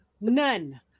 none